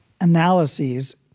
analyses